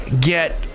Get